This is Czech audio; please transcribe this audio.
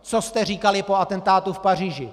Co jste říkali po atentátu v Paříži?